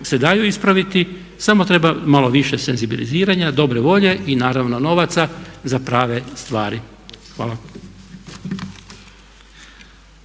se daju ispraviti samo trebam malo više senzibiliziranja, dobre volje i naravno novaca za prave stvari. Hvala.